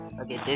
okay